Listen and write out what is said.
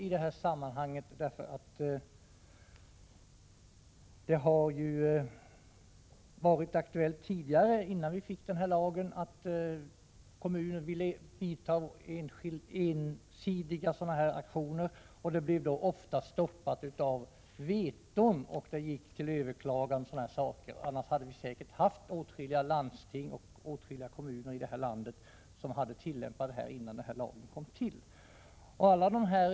Tidigare, innan vi hade den här lagen, blev nämligen aktioner av det här slaget som kommuner ville genomföra oftast stoppade av veton, av att ärendena överklagades, osv. Om detta inte hade varit fallet, skulle säkert åtskilliga kommuner och landsting ha vidtagit sådana här aktioner långt tidigare.